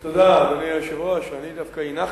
תודה, אדוני היושב-ראש, אני דווקא הנחתי,